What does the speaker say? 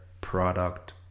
product